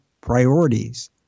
priorities